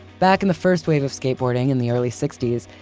back in the first wave of skateboarding in the early sixty s,